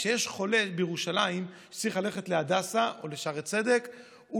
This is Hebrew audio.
כשיש חולה בירושלים שצריך ללכת להדסה או לשערי צדק הוא